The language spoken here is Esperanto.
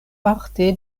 parte